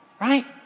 right